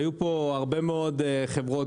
היו פה הרבה מאוד חברות,